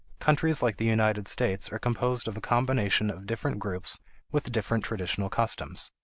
countries like the united states are composed of a combination of different groups with different traditional customs.